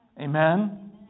Amen